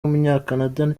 w’umunyakanada